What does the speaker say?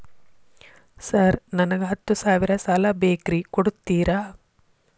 Sir ನನಗ ಹತ್ತು ಸಾವಿರ ಸಾಲ ಬೇಕ್ರಿ ಕೊಡುತ್ತೇರಾ?